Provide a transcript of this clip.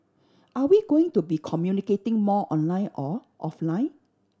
are we going to be communicating more online or offline